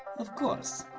of course.